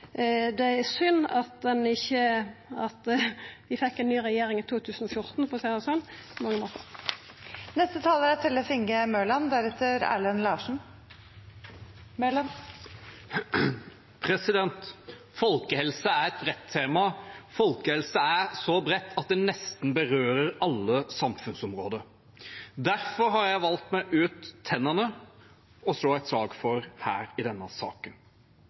det er synd at vi fekk ei ny regjering i 2014, for å seia det sånn, på mange måtar. Folkehelse er et bredt tema. Folkehelse er så bredt at det berører nesten alle samfunnsområder. Derfor har jeg valgt å slå et slag for tennene i denne saken